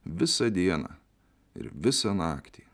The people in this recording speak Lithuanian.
visą dieną ir visą naktį